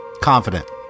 confident